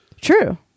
True